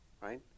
Right